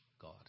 God